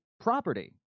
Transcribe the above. property